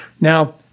Now